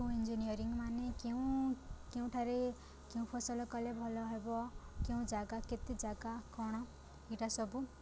ଇଞ୍ଜିନିୟରିଂମାନେ କେଉଁ କେଉଁଠାରେ କେଉଁ ଫସଲ କଲେ ଭଲ ହେବ କେଉଁ ଜାଗା କେତେ ଜାଗା କଣ ଏଇଟା ସବୁ